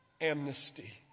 Amnesty